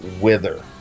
Wither